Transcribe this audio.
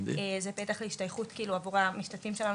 זה פתח להשתייכות עבור המשתתפים שלנו,